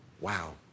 Wow